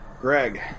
Greg